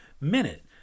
minute